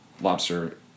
Lobster